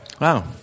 Wow